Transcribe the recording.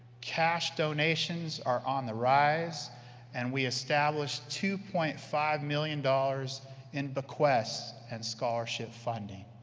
cash donations are on the rise and we established two point five million dollars in bequests and scholarship funding.